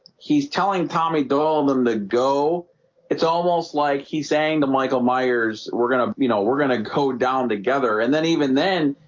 he's telling tommy doll than the go it's almost like he's saying the michael myers, we're gonna you know, we're gonna go down together and then even then,